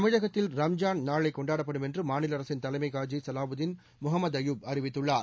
தமிழகத்தில் ரம்ஜான் பண்டிகை நாளை கொண்டாடப்படும் என்று மாநில அரசின் தலைமை காஜி சலாவுதீன் முகமது அய்யூப் தெரிவித்துள்ளார்